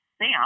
Sam